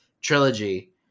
trilogy